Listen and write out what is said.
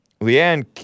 Leanne